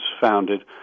founded